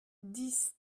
dix